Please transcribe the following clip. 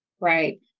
Right